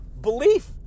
belief